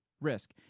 risk